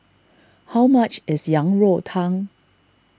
how much is Yang Rou Tang